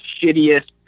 shittiest